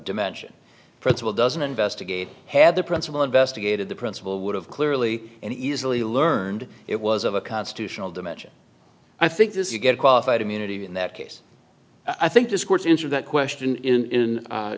dimension principal doesn't investigate had the principal investigated the principal would have clearly and easily learned it was of a constitutional dimension i think this you get qualified immunity in that case i think this court's answer that question in